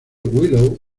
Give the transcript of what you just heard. willow